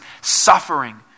suffering